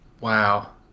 wow